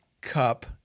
cup